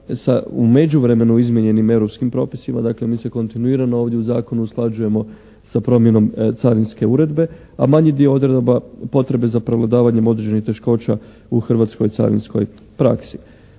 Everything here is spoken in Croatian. sa u međuvremenu izmijenjenim europskim propisima. Dakle mi se kontinuirano ovdje u zakonu usklađujemo sa promjenom Carinske uredbe, a manji dio odredbama potrebe za prevladavanjem određenih teškoća u hrvatskoj carinskoj praksi.